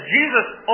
Jesus